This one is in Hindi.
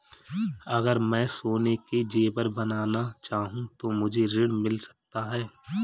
अगर मैं सोने के ज़ेवर बनाना चाहूं तो मुझे ऋण मिल सकता है?